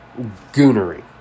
Goonery